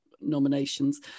nominations